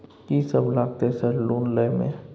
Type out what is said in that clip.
कि सब लगतै सर लोन लय में?